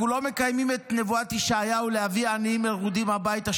אנחנו לא מקיימים את נבואת ישעיהו להביא עניים מרודים הביתה.